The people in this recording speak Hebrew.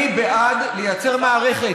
אני בעד לייצר מערכת